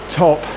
top